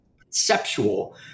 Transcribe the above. conceptual